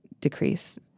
decrease